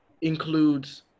includes